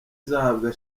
izahabwa